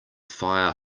fire